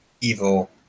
evil